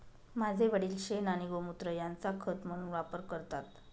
माझे वडील शेण आणि गोमुत्र यांचा खत म्हणून वापर करतात